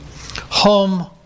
home